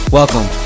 welcome